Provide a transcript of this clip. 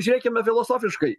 žiūrėkime filosofiškai